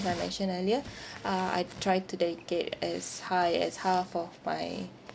like I mentioned earlier uh I try to dedicate as high as half of my